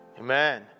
Amen